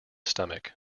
stomach